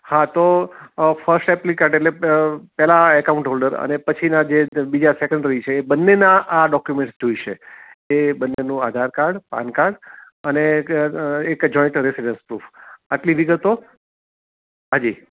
હા તો first applicant એટલે પહેલા એકાઉન્ટ હોલ્ડર અને પછીના જે બીજા સેકન્ડરી છે એ બંનેના આ ડોક્યુમેન્ટ્સ જોઈશે એ બંનેનું આધારકાર્ડ પાનકાર્ડ અને એક જોઈન્ટ રેસિડન્સ પ્રૂફ આટલી વિગતો હા જી